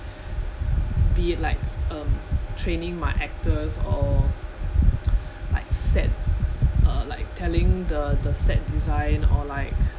be it like um training my actors or like set uh telling the the set design or like